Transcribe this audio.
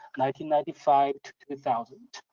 like and ninety five two thousand.